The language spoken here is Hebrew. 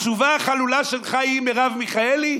התשובה החלולה שלך היא "מרב מיכאלי"?